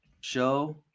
show